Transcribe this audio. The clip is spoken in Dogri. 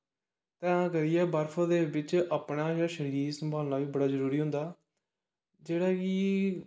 ते घ्यान करियै बर्प दे बिच अपना जेहड़ा शरीर संभालनां बी बड़ा जरुरी होंदा जेहड़ा कि